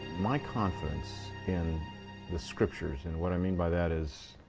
my confidence in the scriptures, and what i mean by that is,